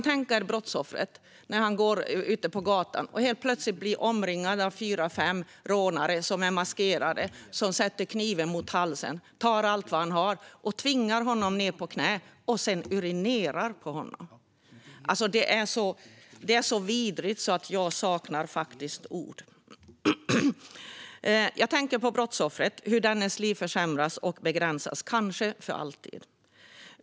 Tänk er brottsoffret när han går ute på gatan och helt plötsligt blir omringad av fyra fem rånare som är maskerade. De sätter kniven mot hans hals, tar allt han har och tvingar honom ned på knä. Sedan urinerar de på honom. Det är så vidrigt att jag saknar ord. Jag tänker på brottsoffret och hur dennes liv försämras och begränsas, kanske för alltid.